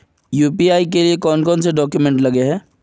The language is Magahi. यु.पी.आई के लिए कौन कौन से डॉक्यूमेंट लगे है?